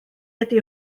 ydy